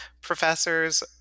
professors